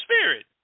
spirit